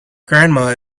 grandma